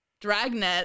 Dragnet